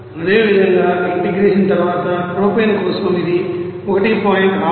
అదేవిధంగా ఇంటిగ్రేషన్ తర్వాత ప్రొపేన్ కోసం ఇది 1